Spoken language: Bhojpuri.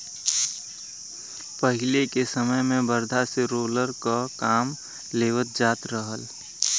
पहिले के समय में बरधा से रोलर क काम लेवल जात रहल